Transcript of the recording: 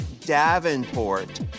davenport